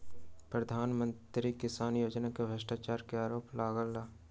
प्रधान मंत्री किसान योजना में भ्रष्टाचार के आरोप लागल